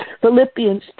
Philippians